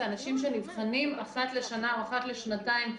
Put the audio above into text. אנשים שנבחנים אחת לשנה או אחת לשנתיים,